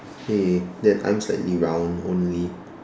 hey that I'm slightly round only